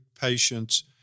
patients